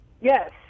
Yes